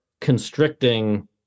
constricting